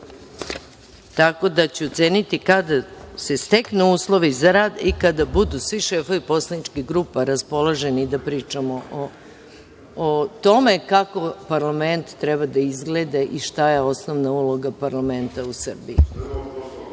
rada. Tako da ću oceniti kada se steknu uslovi za rad i kada budu svi šefovi poslaničkih grupa raspoloženi da pričamo o tome kako parlament treba da izgleda i šta je osnovna uloga parlamenta u Srbiji.